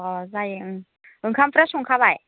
अ' जायो उम ओंखामफ्रा संखाबाय